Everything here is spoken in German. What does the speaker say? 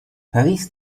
paris